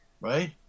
Right